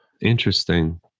Interesting